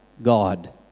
God